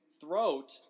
throat